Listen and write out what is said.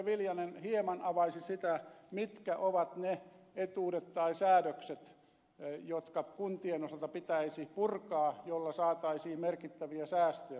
viljanen hieman avaisi sitä mitkä ovat ne etuudet tai säädökset jotka kuntien osalta pitäisi purkaa jotta saataisiin merkittäviä säästöjä